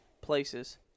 places